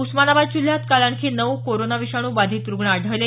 उस्मानाबाद जिल्ह्यात काल आणखी नऊ कोरोना विषाणू बाधित रुग्ण आढळले